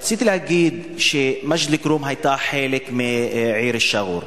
רציתי להגיד שמג'ד-אל-כרום היתה חלק מהעיר שגור,